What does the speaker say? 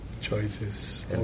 Choices